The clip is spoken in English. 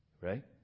Right